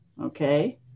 okay